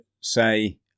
say